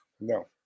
No